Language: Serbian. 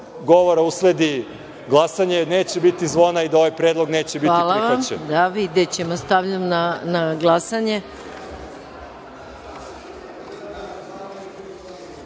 govora usledi glasanje, neće biti zvona, i da ovaj predlog neće biti prihvaćen. **Maja Gojković** Videćemo. Stavljam na glasanje